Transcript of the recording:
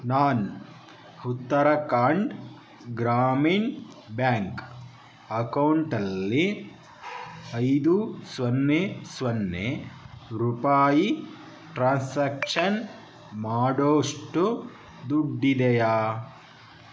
ನಾನು ಉತ್ತರಾಖಂಡ್ ಗ್ರಾಮೀಣ್ ಬ್ಯಾಂಕ್ ಅಕೌಂಟಲ್ಲಿ ಐದು ಸೊನ್ನೆ ಸೊನ್ನೆ ರೂಪಾಯಿ ಟ್ರಾನ್ಸಾಕ್ಷನ್ ಮಾಡೋಷ್ಟು ದುಡ್ಡಿದೆಯಾ